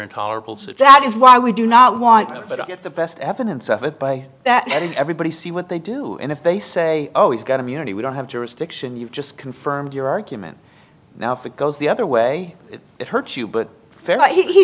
intolerable says that is why we do not want to get the best evidence of it by that everybody see what they do and if they say oh he's got a mutiny we don't have jurisdiction you've just confirmed your argument now if it goes the other way if it hurts you but